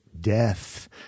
death